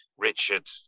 Richard